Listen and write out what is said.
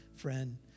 friend